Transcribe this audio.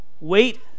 wait